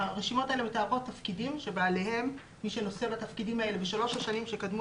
הרשימות האלה מתארות תפקידים שמי שנושא בהם בשלוש השנים שקדמו